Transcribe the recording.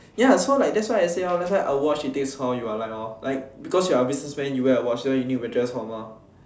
ya so like that why I say a watch it takes how you are like because you are a businessman you wear watch so you need to dress formal